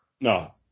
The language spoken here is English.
no